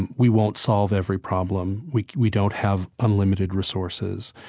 and we won't solve every problem. we we don't have unlimited resources.